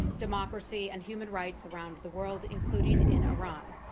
democracy, and human rights around the world, including in iran.